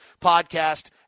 podcast